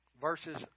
verses